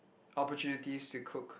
opportunities to cook